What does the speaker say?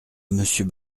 monsieur